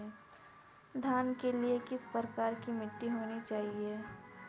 धान के लिए किस प्रकार की मिट्टी होनी चाहिए?